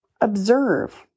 Observe